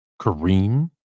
Kareem